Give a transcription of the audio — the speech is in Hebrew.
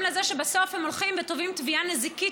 לזה שבסוף הם הולכים ותובעים תביעה נזיקית,